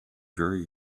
very